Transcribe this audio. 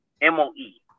M-O-E